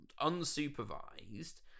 unsupervised